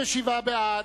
בעד,